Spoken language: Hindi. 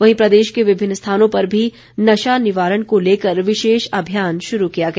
वहीं प्रदेश के विभिन्न स्थानों पर भी नशा निवारण को लेकर विशेष अभियान शुरू किया गया